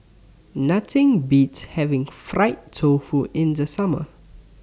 Nothing Beats having Fried Tofu in The Summer